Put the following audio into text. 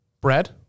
Bread